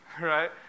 right